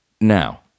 Now